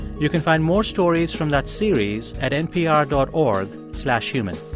you can find more stories from that series at npr dot org slash human.